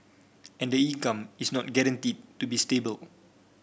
and the income is not guaranteed to be stable